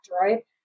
right